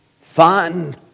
fun